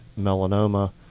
melanoma